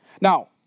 Now